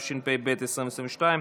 התשפ"ב 2022,